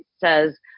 says